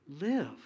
live